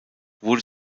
wurde